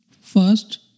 first